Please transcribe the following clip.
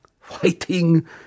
fighting